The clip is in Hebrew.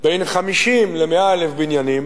בין 50,000 ל-100,000 בניינים,